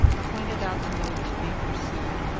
pointed out the mode to be pursued,